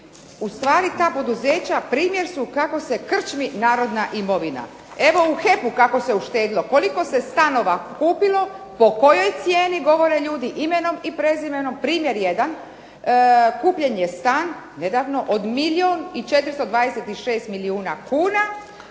Ustvari ta poduzeća primjer su kako se krčmi narodna imovina. Evo u HEP-u kako se uštedilo. Koliko se stanova kupilo, po kojoj cijeni govore ljudi imenom i prezimenom. Primjer jedan, kupljen je stan nedavno od milijun i 426 milijun kuna,